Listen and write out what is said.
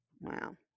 Wow